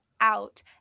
out